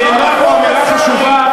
נאמרה פה אמירה חשובה.